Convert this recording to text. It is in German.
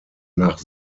nach